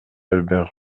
albert